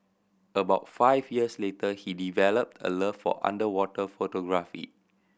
about five years later he developed a love for underwater photography